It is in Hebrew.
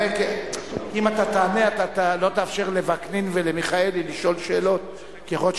האם זה נכון שיש הנחיות שצריך לפסול ישיבות כדי להוריד את התקציב?